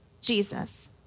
Jesus